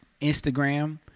Instagram